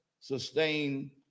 sustain